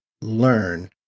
learn